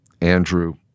Andrew